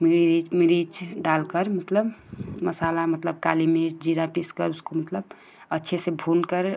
मीरिच मिरिच डालकर मतलब मसाला मतलब काली मिर्च जीरा पीसकर उसको मतलब अच्छे से भूनकर